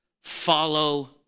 Follow